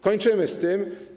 Kończymy z tym.